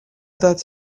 that